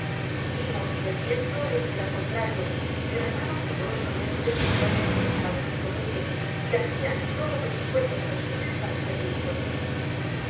vimos que el viento les era contrario y que remaban vigorosamente porque habian divisado nuestro buque y hacían todos los esfuerzos posibles para ser vistos